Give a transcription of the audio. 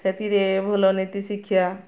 ସେଥିରେ ଭଲ ନୀତିଶିକ୍ଷା